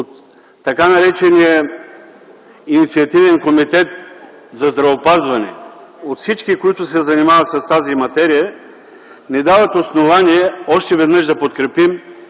от така наречения Инициативен комитет за здравеопазване, от всички, които се занимават с тази материя, ни дават основание още веднъж да подкрепим